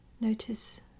Notice